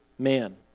man